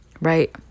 right